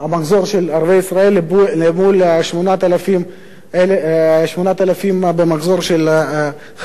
ערביי ישראל מול 8,000 במחזור של חרדים,